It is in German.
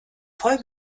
voll